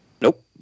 Nope